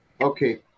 Okay